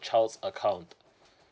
child's account